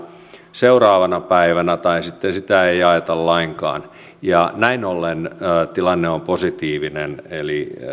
seuraavana päivänä tai sitten sitä ei jaeta lainkaan näin ollen tilanne on positiivinen eli